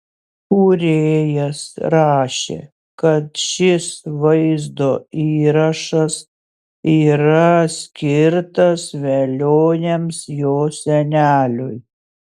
kūrėjas rašė kad šis vaizdo įrašas yra skirtas velioniams jo seneliui